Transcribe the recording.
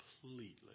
completely